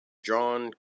john